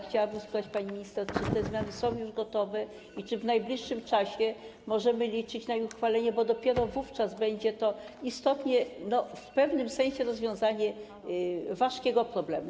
Chciałabym zapytać panią minister, czy te zmiany są już gotowe i czy w najbliższym czasie możemy liczyć na ich uchwalenie, bo dopiero wówczas będzie to istotne w pewnym sensie rozwiązanie ważkiego problemu.